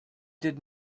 did